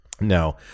No